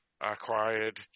acquired